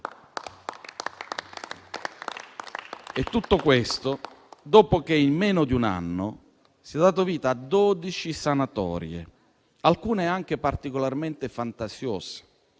Tutto questo avviene dopo che in meno di un anno si è data vita a dodici sanatorie, alcune anche particolarmente fantasiose,